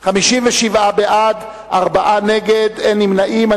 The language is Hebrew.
57 בעד, ארבעה נגד, אין נמנעים.